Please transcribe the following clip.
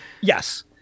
Yes